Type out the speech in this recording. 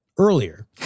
earlier